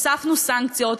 הוספנו סנקציות,